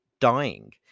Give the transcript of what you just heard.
dying